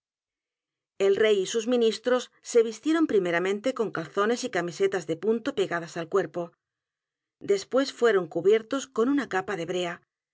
el rey y sus ministros se vistieron primeramente con calzones y camisetas de punto pegadas al cuerpo después fueron cubiertos con una capa de brea